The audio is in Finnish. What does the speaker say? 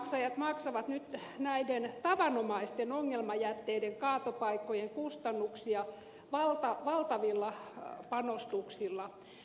veronmaksajat maksavat nyt näiden tavanomaisten ongelmajätteiden kaatopaikkojen kustannuksia valtavilla panostuksilla